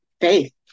faith